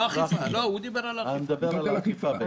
הוא מדבר רק על האכיפה.